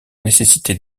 nécessiter